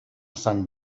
sant